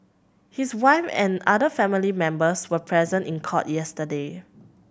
his wife and other family members were present in court yesterday